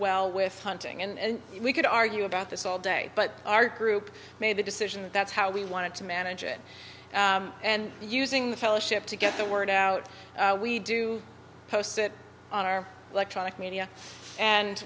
well with hunting and we could argue about this all day but our group made the decision that that's how we wanted to manage it and using the fellowship to get the word out we do post it on our electronic media and